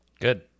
Good